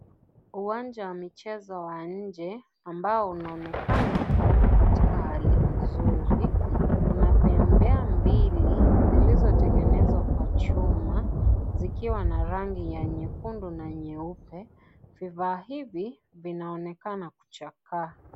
Uwanja wa michezo wa nje ambao unaonekana hauko katika hali nzuri. Kuna pembea mbili zilizotengeneza kwa chuma zikiwa na rangi ya nyekundu na nyeupe. Vifaa hivi vinaonekana kuchakaa.